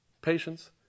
patience